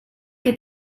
que